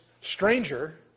stranger